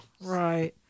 right